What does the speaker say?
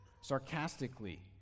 sarcastically